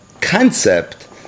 concept